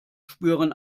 spüren